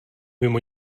mimo